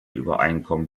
übereinkommen